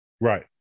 Right